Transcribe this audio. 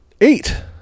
Eight